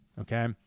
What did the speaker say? Okay